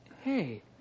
Hey